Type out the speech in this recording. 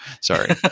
Sorry